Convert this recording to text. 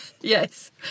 Yes